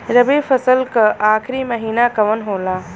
रवि फसल क आखरी महीना कवन होला?